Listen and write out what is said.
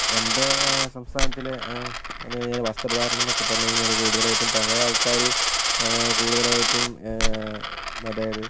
എൻ്റെ സംസ്ഥാനത്തിലെ എന്നുകഴിഞ്ഞാൽ വസ്ത്രധാരണം എന്നൊക്കെ പറഞ്ഞു കഴിഞ്ഞാൽ കൂടുതലായിട്ടും പഴയ ആൾക്കാർ കൂടുതലായിട്ടും അതായത്